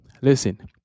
Listen